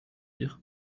dire